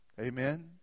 Amen